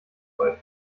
euch